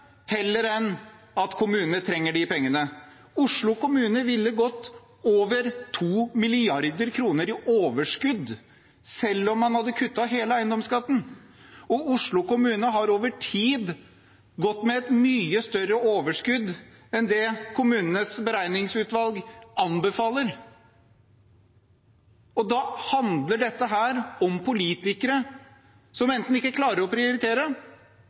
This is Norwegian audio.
heller enn at kommunen trenger de pengene. Oslo kommune ville gått med over 2 mrd. kr i overskudd selv om man hadde kuttet hele eiendomsskatten, og Oslo kommune har over tid gått med et mye større overskudd enn kommunenes beregningsutvalg anbefaler. Da handler dette om politikere som enten ikke klarer å prioritere,